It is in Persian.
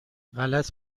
غلط